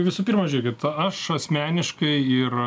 visų pirma žėkit aš asmeniškai ir